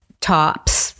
tops